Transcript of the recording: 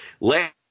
Last